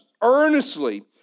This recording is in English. earnestly